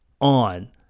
on